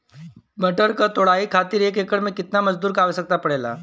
मटर क तोड़ाई खातीर एक एकड़ में कितना मजदूर क आवश्यकता पड़ेला?